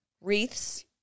wreaths